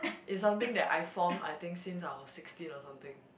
is something that I form I think since I was sixteen or something